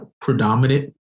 predominant